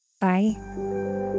Bye